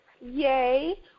Yay